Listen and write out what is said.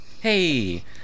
Hey